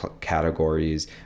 categories